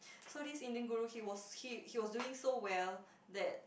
so this Indian Guru he was he he was doing so well that